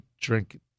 drink